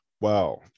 Wow